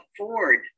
afford